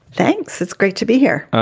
thanks. it's great to be here.